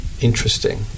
interesting